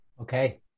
Okay